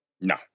No